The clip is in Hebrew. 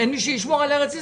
אין מי שישמור על ארץ ישראל,